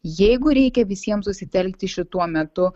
jeigu reikia visiems susitelkti šituo metu